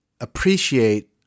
appreciate